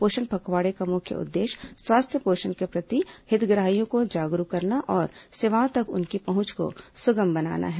पोषण पखवाड़े का मुख्य उद्देश्य स्वास्थ्य पोषण के प्रति हितग्राहियों को जागरूक करना और सेवाओं तक उनकी पहुंच को सुगम बनाना है